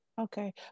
okay